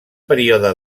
període